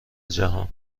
جهان